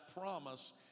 promise